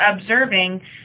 observing